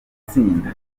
gutsinda